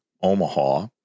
Omaha